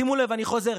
שימו לב, אני חוזר: